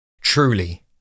Truly